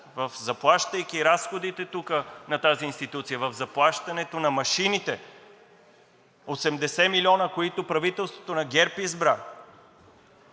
заплащайки разходите тук на тази институция, в заплащането на машините – 80 милиона, които правителството на ГЕРБ избра,